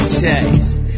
chase